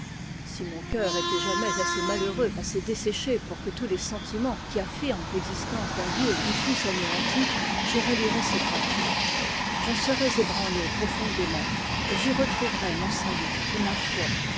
si mon cœur était jamais assez malheureux assez desséché pour que tous ies sentiments qui affirment l'existence d'un dieu y fussent anéantis je relirais ces pages j'en serais ébranlé profondément et j'y retrouverais mon salut et ma foi